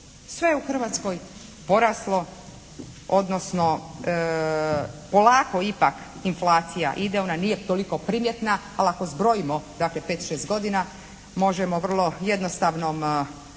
Sve u je u Hrvatskoj poraslo, odnosno polako ipak inflacija ide, ona nije toliko primjetna, ali ako zbrojimo 5, 6 godina možemo vrlo jednostavnom